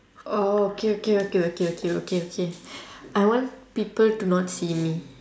oh okay okay okay okay okay K K I want people to not see me